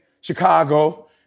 Chicago